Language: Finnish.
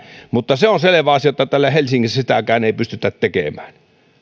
mutta se on selvä asia että täällä helsingissä sitäkään ei pystytä tekemään